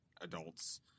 adults